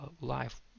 life